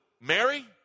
Mary